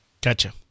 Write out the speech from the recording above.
Gotcha